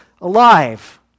alive